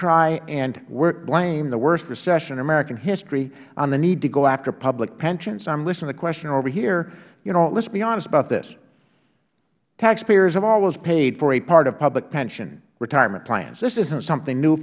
try and blame the worst recession in american history on the need to go after public pensions i am listening to the question over here you know lets be honest about this taxpayers have always paid for a part of public pension retirement plans this isnt something new